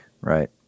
right